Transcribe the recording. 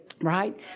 Right